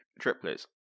triplets